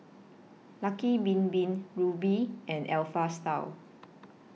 Lucky Bin Bin Rubi and Alpha Style